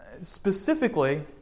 specifically